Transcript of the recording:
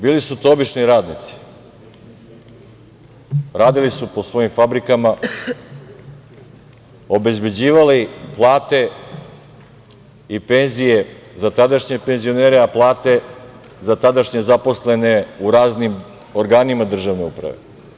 Bili su to obični radnici, radili su po svojim fabrikama, obezbeđivali plate i penzije za tadašnje penzionere, a plate za tadašnje zaposlene u raznim organima državne uprave.